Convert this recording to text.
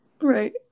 Right